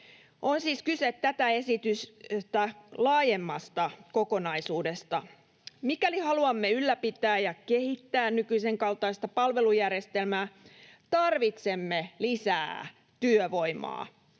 On siis kyse tätä esitystä laajemmasta kokonaisuudesta. Mikäli haluamme ylläpitää ja kehittää nykyisen kaltaista palvelujärjestelmää, tarvitsemme lisää työvoimaa.